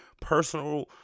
Personal